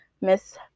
Miss